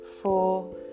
four